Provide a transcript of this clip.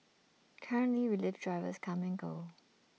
currently relief drivers come and go